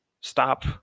stop